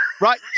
right